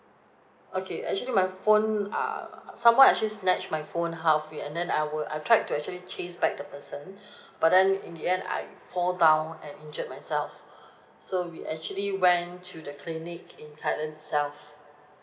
okay actually my phone err someone actually snatched my phone halfway and then I will I tried to actually chase back the person but then in the end I fall down and injured myself so we actually went to the clinic in thailand itself